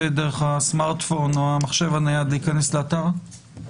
דרך הסמארטפון או המחשב הנייד להיכנס לאתר.